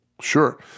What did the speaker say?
Sure